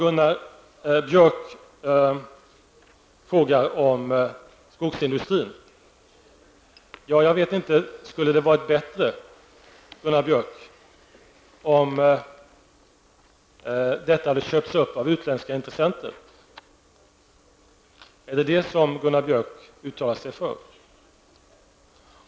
Gunnar Björk frågade om skogsindustrin. Jag vet inte om han anser att det skulle ha varit bättre om det hade skett ett uppköp av utländska intressenter i detta sammanhang. Är det detta som Gunnar Björk uttalar sig för?